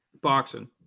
Boxing